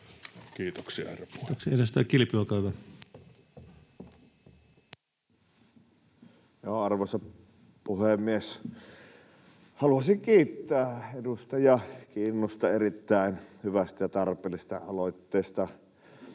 Kiitoksia, herra puhemies. Kiitoksia. — Edustaja Kilpi, olkaa hyvä. Arvoisa puhemies! Haluaisin kiittää edustaja Kinnusta erittäin hyvästä ja tarpeellisesta aloitteesta.